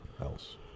else